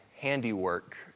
handiwork